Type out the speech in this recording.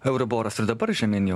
euriboras ir dabar žemyn jau